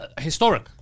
Historic